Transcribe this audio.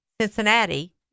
Cincinnati